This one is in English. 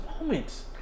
moments